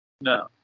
No